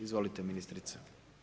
Izvolite ministrice.